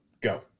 Go